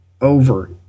over